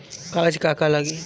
कागज का का लागी?